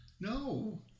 no